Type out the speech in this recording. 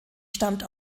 stammt